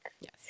yes